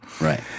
Right